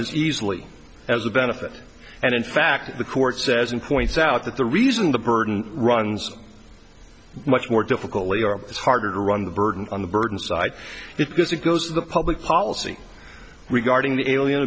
as easily as a benefit and in fact the court says and points out that the reason the burden runs much more difficult it's harder to run the burden on the burden side if because it goes to the public policy regarding the alien